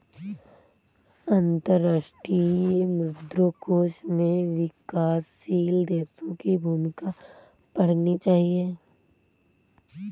अंतर्राष्ट्रीय मुद्रा कोष में विकासशील देशों की भूमिका पढ़नी चाहिए